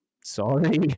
Sorry